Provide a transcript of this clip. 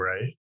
right